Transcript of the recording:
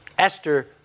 Esther